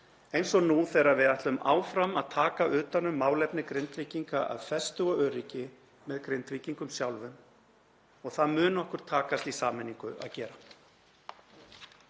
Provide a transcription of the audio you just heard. eins og nú þegar við ætlum áfram að taka utan um málefni Grindvíkinga af festu og öryggi með Grindvíkingum sjálfum og það mun okkur takast í sameiningu að gera.